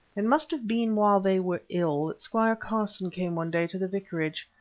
it must have been while they were ill that squire carson came one day to the vicarage.